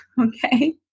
Okay